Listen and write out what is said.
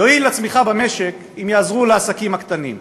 יועיל לצמיחה במשק אם יעזרו לעסקים הקטנים,